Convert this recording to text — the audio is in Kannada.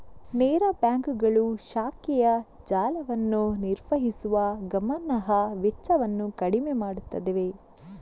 ನೇರ ಬ್ಯಾಂಕುಗಳು ಶಾಖೆಯ ಜಾಲವನ್ನು ನಿರ್ವಹಿಸುವ ಗಮನಾರ್ಹ ವೆಚ್ಚವನ್ನು ಕಡಿಮೆ ಮಾಡುತ್ತವೆ